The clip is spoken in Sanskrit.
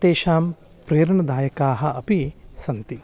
तेषां प्रेरणादायकाः अपि सन्ति